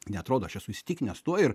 ne atrodo aš esu įsitikinęs tuo ir